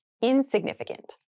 Insignificant